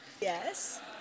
Yes